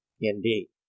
indeed